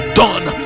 done